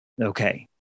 Okay